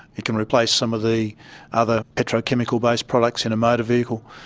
it can replace some of the other petrochemical-based products in a motor vehicle.